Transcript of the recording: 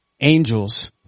angels